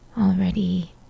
already